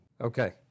Okay